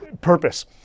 purpose